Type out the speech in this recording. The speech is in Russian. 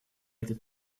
этот